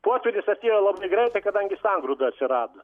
potvynis atėjo labai greitai kadangi sangrūda atsirado